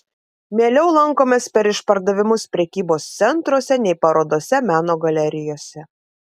mieliau lankomės per išpardavimus prekybos centruose nei parodose meno galerijose